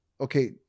okay